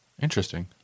Interesting